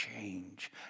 change